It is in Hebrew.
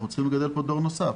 אנחנו צריכים לגדל כאן דור נוסף.